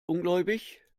ungläubig